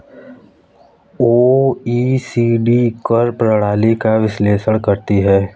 OECD कर प्रणाली का विश्लेषण करती हैं